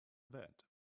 that